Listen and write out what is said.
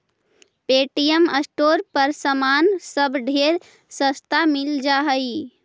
Paytm store पर समान सब ढेर सस्ता मिल जा हई